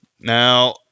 Now